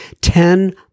Ten